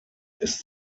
ist